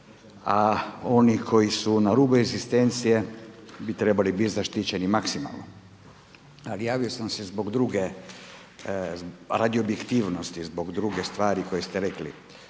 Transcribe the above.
a oni koji su na rubu egzistencije bi trebali biti zaštićeni maksimalno. Ali javio sam se zbog druge, radi objektivnosti, zbog druge stvari koju ste rekli.